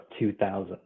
2000